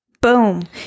Boom